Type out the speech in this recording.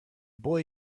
boy